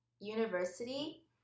university